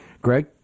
Greg